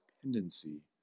dependency